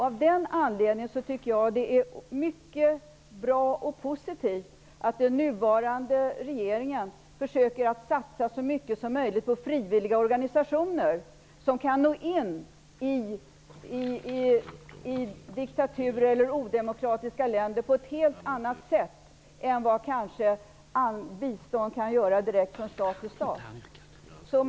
Av den anledningen tycker jag att det är mycket bra och positivt att den nuvarande regeringen försöker satsa så mycket som möjligt på frivilliga organisationer, som kan nå in i diktaturer eller odemokratiska länder på ett helt annat sätt än vad bistånd direkt från stat till stat kanske kan göra.